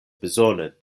bezone